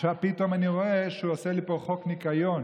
עכשיו פתאום אני רואה שהוא עושה לי פה חוק ניקיון,